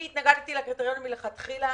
ואני התנגדתי לקריטריונים מלכתחילה.